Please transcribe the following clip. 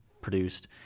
produced